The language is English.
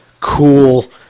cool